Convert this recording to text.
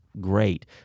great